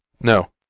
No